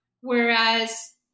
Whereas